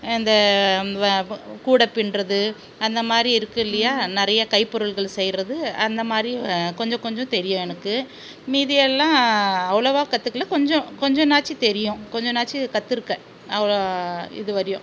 இந்த கூடை பின்னுறது அந்த மாதிரி இருக்குது இல்லையா நிறைய கைப்பொருள்கள் செய்கிறது அந்த மாதிரி கொஞ்சம் கொஞ்சம் தெரியும் எனக்கு மீதியெல்லாம் அவ்வளோவா கற்றுக்கல கொஞ்சம் கொஞ்சமாச்சும் தெரியும் கொஞ்சமாச்சும் கற்றிருக்கேன் அவ்வளோ இது வரையும்